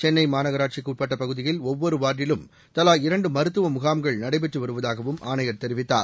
சென்னைப் மாநகராட்சிக்கு உட்பட்ட பகுதியில் ஒவ்வொரு வார்டிலும் தவா இரண்டு மருத்துவ முகாம்கள் நடைபெற்று வருவதாகவும் ஆணையர் தெரிவித்தார்